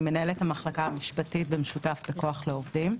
אני מנהלת המחלקה המשפטית במשותף ב"כוח לעובדים".